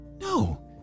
no